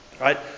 right